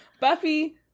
buffy